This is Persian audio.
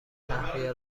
تهویه